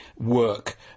work